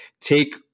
take